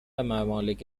ممالک